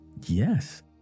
Yes